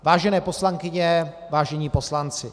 Vážené poslankyně, vážení poslanci.